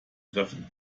treffen